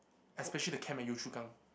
especially the camp at Yio-Chu-Kang